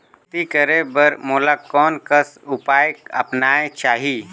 खेती करे बर मोला कोन कस उपाय अपनाये चाही?